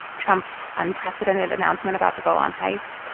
trump's unprecedented announcement about the golan heights,